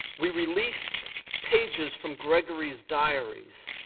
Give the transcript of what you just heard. we release pages from grigory's diaries.